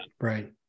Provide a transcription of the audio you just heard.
right